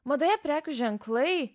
madoje prekių ženklai